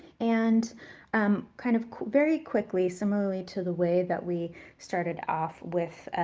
and um kind of very quickly, similarly to the way that we started off with,